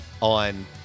on